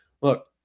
Look